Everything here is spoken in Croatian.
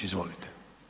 Izvolite.